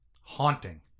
Haunting